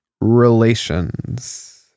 relations